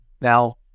Now